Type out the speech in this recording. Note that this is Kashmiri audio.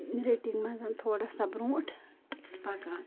نِٹِنٛگ منٛز تھوڑا سا برٛونٛٹھ پَکان